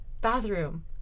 bathroom